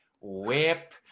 whip